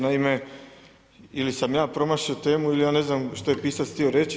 Naime, ili sam ja promašio temu ili ja ne znam što je pisac htio reći.